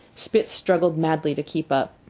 spitz struggled madly to keep up.